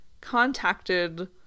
contacted